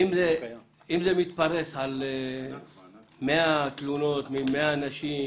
האם זה מתפרס על 100 תלונות מ-100 אנשים?